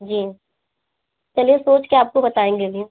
जी चलिए सोच कर आपको बताएँगे अभी